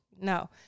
No